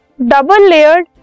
double-layered